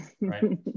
Right